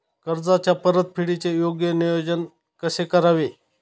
कर्जाच्या परतफेडीचे योग्य नियोजन कसे करावे?